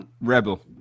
Rebel